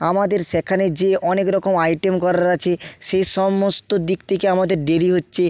আমাদের সেখানে যেয়ে অনেক রকম আইটেম করার আছে সে সমস্ত দিক থেকে আমাদের দেরি হচ্ছে